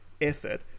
effort